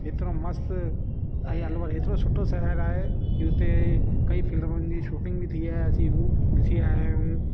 हेतिरो मस्त ऐं अलवर हेतिरो सुठो शहरु आहे की उते कई फिल्मुनि जी शूटींग बि थी आहे असीं हू ॾिसी आया आहियूं